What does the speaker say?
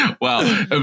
Wow